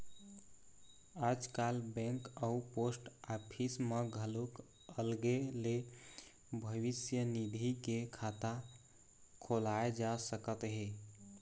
आजकाल बेंक अउ post office म घलोक अलगे ले भविस्य निधि के खाता खोलाए जा सकत हे